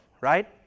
right